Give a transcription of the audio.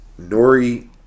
Nori